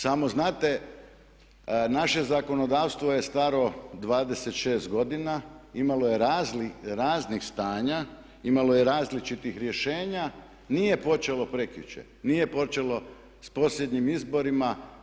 Samo znate naše zakonodavstvo je staro 26 godina, imalo je raznih stanja, imalo je različitih rješenja, nije počelo prekjučer, nije počelo s posljednjim izborima.